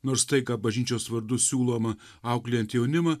nors tai ką bažnyčios vardu siūloma auklėjant jaunimą